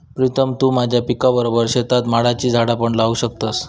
प्रीतम तु तुझ्या पिकाबरोबर शेतात माडाची झाडा पण लावू शकतस